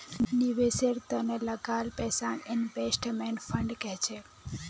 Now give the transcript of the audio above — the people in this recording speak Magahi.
निवेशेर त न लगाल पैसाक इन्वेस्टमेंट फण्ड कह छेक